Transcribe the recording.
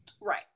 right